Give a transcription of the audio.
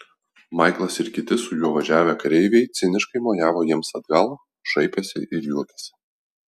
maiklas ir kiti su juo važiavę kareiviai ciniškai mojavo jiems atgal šaipėsi ir juokėsi